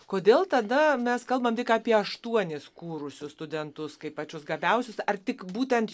kodėl tada mes kalbam tik apie aštuonis kūrusius studentus kaip pačius gabiausius ar tik būtent